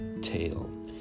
tail